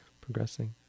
progressing